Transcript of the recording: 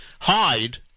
hide